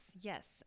yes